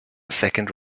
second